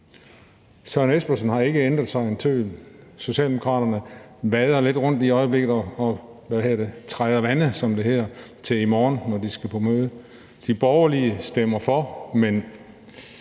Søren Espersen har ikke ændret sig en tøddel. Socialdemokraterne træder vande, som det hedder, til i morgen, når de skal til møde. De borgerlige stemmer for, men